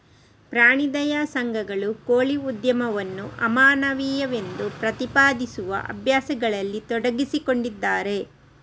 ಪ್ರಾಣಿ ದಯಾ ಸಂಘಗಳು ಕೋಳಿ ಉದ್ಯಮವನ್ನು ಅಮಾನವೀಯವೆಂದು ಪ್ರತಿಪಾದಿಸುವ ಅಭ್ಯಾಸಗಳಲ್ಲಿ ತೊಡಗಿಸಿಕೊಂಡಿದ್ದಾರೆ